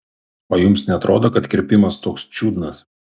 o jums neatrodo kad kirpimas toks čiudnas